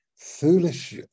foolish